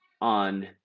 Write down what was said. on